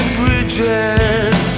bridges